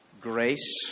grace